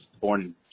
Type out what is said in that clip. born